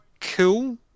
cool